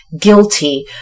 guilty